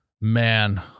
Man